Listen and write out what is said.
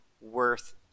worth